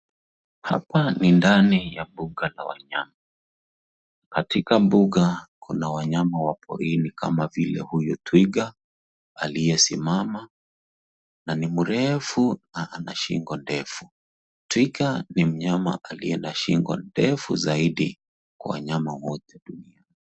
Hapa ni ndani ya mbuga la wanyama. Katika mbuga, kuna wanyama walio katika porini kama huyu twiga aliyesimama na ni mrefu ana shingo ndefu. Twiga ni mnyama aliye na shingo ndefu ziadi kwa wanyama wote duniani.